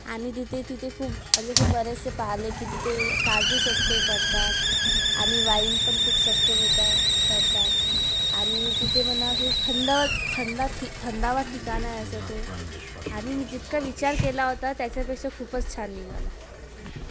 आणि तिथे तिथे खूप आणि जसं बरेचसे पाहिले की तिथे काजू सस्ते पडतात आणि वाईन पण खूप सस्ते पडतात पडतात आणि तिथे मना असे थंड थंदा थंडावा ठिकाण आहे असं तो आणि मी जितकं विचार केला होता त्याच्यापेक्षा खूपच छान निघालं